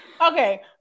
Okay